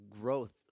growth